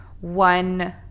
one